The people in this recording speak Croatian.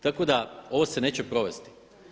Tako da ovo se neće provesti.